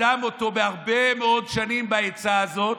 הקדים אותו בהרבה מאוד שנים בעצה הזאת,